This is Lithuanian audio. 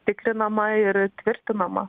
tikrinama ir tvirtinama